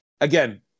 again